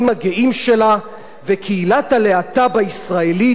וקהילת הלהט"ב הישראלית מיוצגת בדרגים